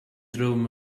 drwm